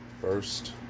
first